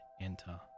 enter